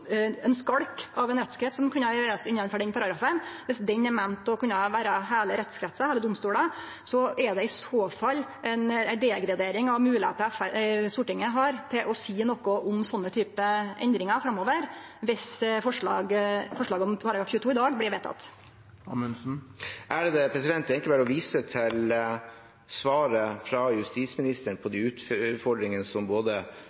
ein skalk av ein rettskrets, som kunne gjerast innanfor den paragrafen. Viss det er meint å kunne vere heile rettskretsar eller domstolar, er det i så fall ei degradering av moglegheiter Stortinget har til å seie noko om ein slik type endringar framover – viss forslag til § 22 i dag blir vedtatt. Det er egentlig bare å vise til svaret fra justisministeren på de utfordringene som både